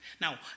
Now